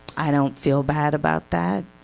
i don't feel bad about that.